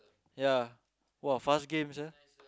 ya !wah! fast game sia